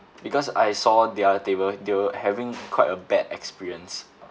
because I saw the other table they were having quite a bad experience